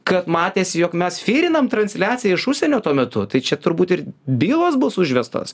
kad matėsi jog mes firinam transliaciją iš užsienio tuo metu tai čia turbūt ir bylos bus užvestos